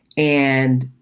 and.